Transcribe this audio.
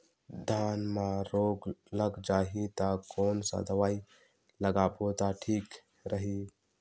धान म रोग लग जाही ता कोन सा दवाई लगाबो ता ठीक रही?